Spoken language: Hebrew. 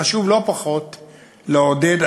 חשוב לא פחות לעודד,